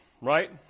right